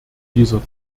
dieser